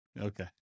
Okay